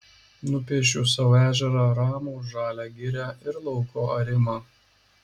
nupiešiu sau ežerą ramų žalią girią ir lauko arimą